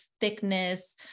thickness